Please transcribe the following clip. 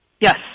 Yes